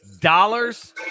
Dollars